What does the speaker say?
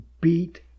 beat